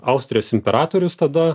austrijos imperatorius tada